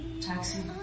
taxi